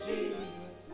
Jesus